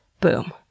Boom